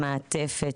מעטפת,